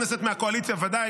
חברי הכנסת מהקואליציה ודאי,